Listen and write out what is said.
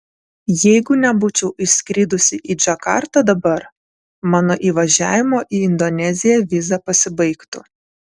jeigu nebūčiau išskridusi į džakartą dabar mano įvažiavimo į indoneziją viza pasibaigtų